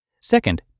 Second